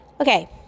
Okay